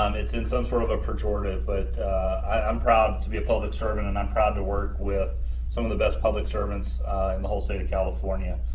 um it's in some sort of a pejorative, but i'm proud to be a public servant, and i'm proud to work with some of the best public servants in the whole state of california.